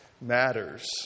matters